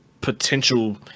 potential